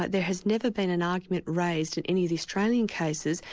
there has never been an argument raised in any of the australian cases,